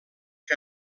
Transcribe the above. que